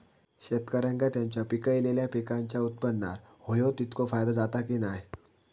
शेतकऱ्यांका त्यांचा पिकयलेल्या पीकांच्या उत्पन्नार होयो तितको फायदो जाता काय की नाय?